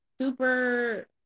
super